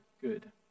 good